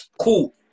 Cool